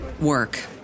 work